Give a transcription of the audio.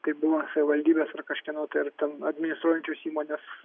tai buvo savivaldybės ar kažkieno tai ar ten administruojančios įmonės